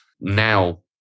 Now